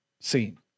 seen